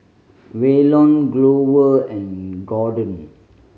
Waylon Glover and Gordon